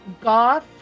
Goth